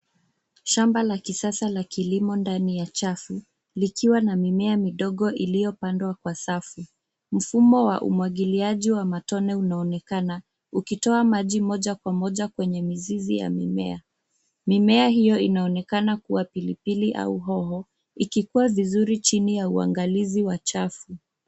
Shamba la kisasa la kilimo ndani ya chafu likiwa na mimea midogo iliyopandwa kwa safu. Mfumo wa umwagiliaji wa matone unaonekana ukitoa maji moja kwa moja kwenye mizizi ya mimea. Mimea hiyo inaonekana kuwa pilipili au hoho ilikua vizuri chini ya uangalizi wa chafu.